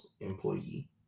employee